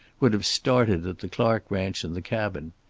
would have started at the clark ranch and the cabin.